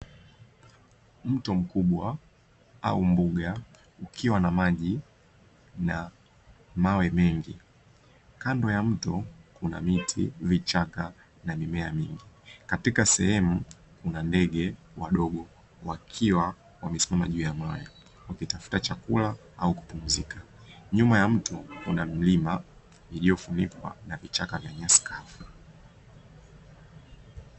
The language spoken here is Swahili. Mto mkubwa au mbuga ukiwa na maji na mawe mengi kando ya mto kuna miti, vichaka, na nimea mingi katika sehemu kuna ndege wadogo wakiwa wamesimama juu ya mawe wakitafuta chakula au kupumzika nyuma ya mto kuna mlima uliofunikwa na vichaka vya nyasi kavu.